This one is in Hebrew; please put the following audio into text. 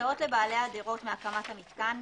ההוצאות לבעלי הדירות מהקמת המיתקן,